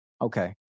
Okay